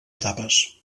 etapes